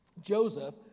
Joseph